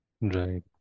Right